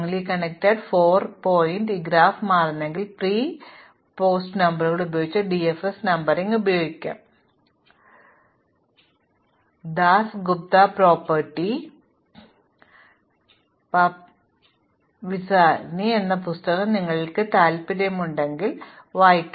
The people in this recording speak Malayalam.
അതിനാൽ ശക്തമായി ബന്ധിപ്പിച്ച 4 ഘടകങ്ങളായി ഈ ഗ്രാഫ് മാറുന്നുവെങ്കിൽ പ്രീ പോസ്റ്റ് നമ്പറുകൾ ഉപയോഗിച്ച് ഡിഎഫ്എസ് നമ്പറിംഗ് ഉപയോഗിക്കാം ഘടകങ്ങളെ കണക്റ്റുചെയ്യാൻ വളരെ ഗംഭീരമായ അൽഗോരിതം നൽകുകയും Dasgupta property Papadimitriou Vazirani എന്നിവരുടെ പുസ്തകം നിങ്ങൾക്ക് താൽപ്പര്യമുണ്ടെങ്കിൽ അത് ആ പുസ്തകത്തിൽ കാണാനാകും